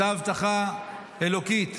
אותה הבטחה אלוקית